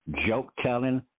joke-telling